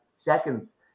seconds